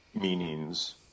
meanings